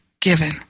given